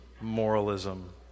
moralism